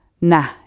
Nah